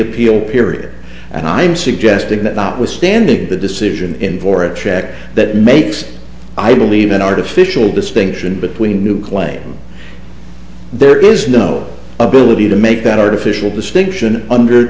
appeal period and i'm suggesting that notwithstanding the decision in for a tract that makes i believe an artificial distinction between a new claim there is no ability to make that artificial distinction under